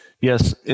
Yes